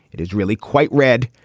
it is really quite red.